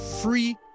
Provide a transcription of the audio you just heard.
free